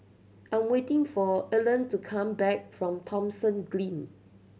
I'm waiting for Erlene to come back from Thomson Green